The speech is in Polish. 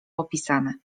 opisane